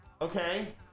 Okay